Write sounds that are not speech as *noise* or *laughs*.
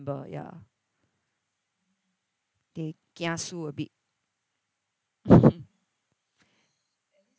ya they kiasu a bit *laughs*